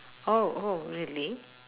oh oh really